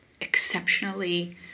exceptionally